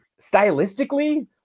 stylistically